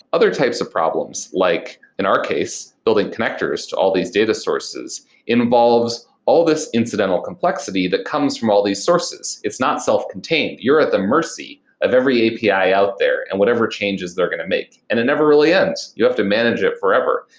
other types of problems, like in our case building connectors to all these data sources involves all this incidental complexity that comes from all these sources. it's not self-contained. you're at the mercy of every api out there and whatever changes they're going to make, and it never really ends. you have to manage it forever.